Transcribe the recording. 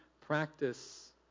practice